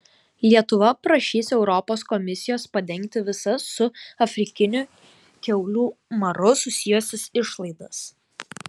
lietuva prašys europos komisijos padengti visas su afrikiniu kiaulių maru susijusias išlaidas